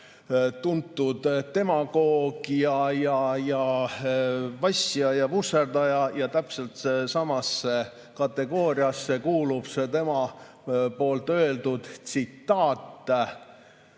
tuntud demagoog, vassija ja vusserdaja. Ja täpselt samasse kategooriasse kuulub see tema öeldud tsitaat.